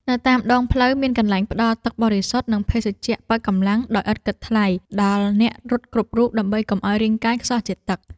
នៅតាមដងផ្លូវមានកន្លែងផ្ដល់ទឹកបរិសុទ្ធ និងភេសជ្ជៈប៉ូវកម្លាំងដោយឥតគិតថ្លៃ ដល់អ្នករត់គ្រប់រូបដើម្បីកុំឱ្យរាងកាយខ្សោះជាតិទឹក។